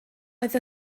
oedd